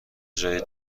جای